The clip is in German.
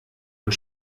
und